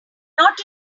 not